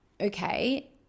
okay